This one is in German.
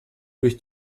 durch